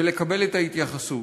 ולקבל את ההתייחסות.